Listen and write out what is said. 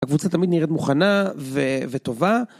הקבוצה תמיד נראית מוכנה וטובה.